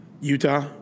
Utah